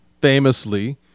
famously